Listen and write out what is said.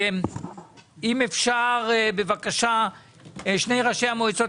אני מבקש משני ראשי המועצות,